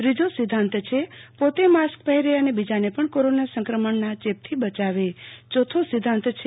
ત્રીજો સિદ્ધાંત છે પોતે માસ્ક પહેરે અને બીજાને પણ કોરોના સંક્રમણના ચેપથી બયાવે ચોથો મહત્વનો સિદ્વાંત છે